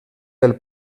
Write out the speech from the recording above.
del